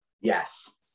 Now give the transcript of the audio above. Yes